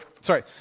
sorry